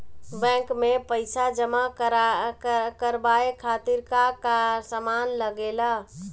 Bank में पईसा जमा करवाये खातिर का का सामान लगेला?